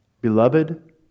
Beloved